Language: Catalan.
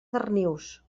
darnius